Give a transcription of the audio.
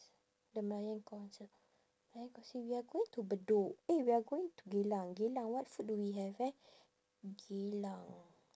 The Malayan Council we are going to bedok eh we are going to geylang geylang what food do we have eh geylang